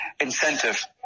incentive